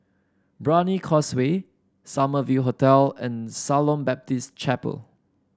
Brani Causeway Summer View Hotel and Shalom Baptist Chapel